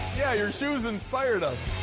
yeah, your shoes inspired us.